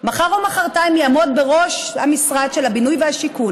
מחר או מוחרתיים יעמוד בראש משרד הבינוי והשיכון